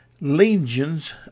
legions